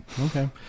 Okay